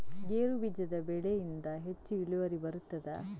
ಗೇರು ಬೀಜದ ಬೆಳೆಯಿಂದ ಹೆಚ್ಚು ಇಳುವರಿ ಬರುತ್ತದಾ?